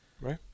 Right